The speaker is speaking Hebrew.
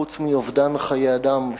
חוץ מאובדן חיי אדם,